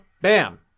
bam